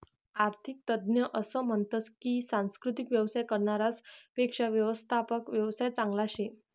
आरर्थिक तज्ञ असं म्हनतस की सांस्कृतिक येवसाय करनारास पेक्शा व्यवस्थात्मक येवसाय चांगला शे